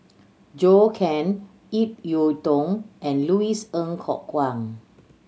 Zhou Can Ip Yiu Tung and Louis Ng Kok Kwang